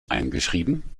eingeschrieben